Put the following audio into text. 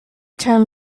term